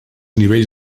nivells